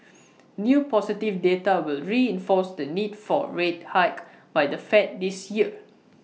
new positive data will reinforce the need for A rate hike by the fed this year